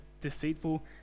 deceitful